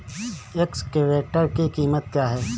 Excavator की कीमत क्या है?